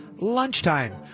lunchtime